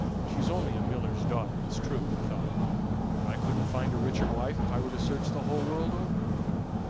she's only a miller's daughter, it's true, he thought but i couldn't find a richer wife if i were to search the whole world over.